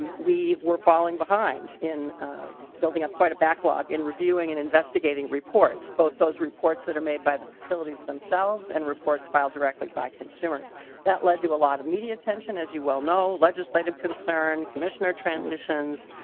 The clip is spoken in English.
and we were falling behind in a building up quite a backlog in reviewing and investigating investigating reports both those reports that are made by the facilities themselves and reports filed directly by consumers that led to a lot of media attention as you well know legislative concerned commissioner transitions.